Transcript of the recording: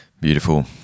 Beautiful